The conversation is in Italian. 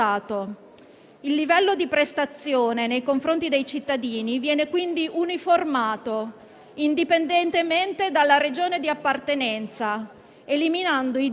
espresso nella norma nei confronti dei cittadini, della società civile, della società della ricerca e della scienza.